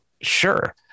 Sure